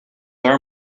our